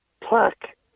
plaque